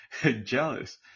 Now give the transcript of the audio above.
jealous